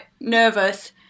nervous